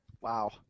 Wow